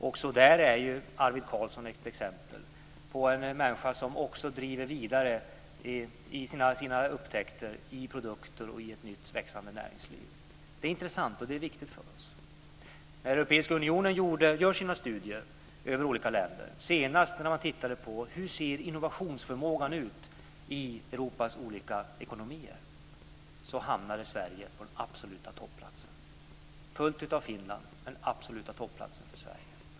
Också där är Arvid Carlsson ett exempel på en människa som driver sina upptäckter vidare i produkter och ett nytt växande näringsliv. Det är intressant och viktigt för oss. Europeiska unionen gör studier över olika länder. Senast tittade man på: Hur ser innovationsförmågan ut i Europas olika ekonomier? Då hamnade Sverige på den absoluta topplatsen, följt av Finland.